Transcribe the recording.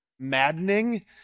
Maddening